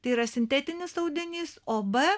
tai yra sintetinis audinys o b